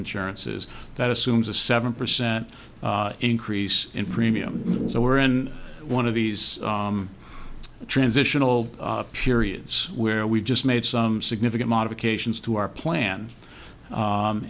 insurances that assumes a seven percent increase in premiums so we're in one of these transitional periods where we just made some significant modifications to our plan